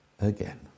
again